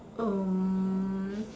um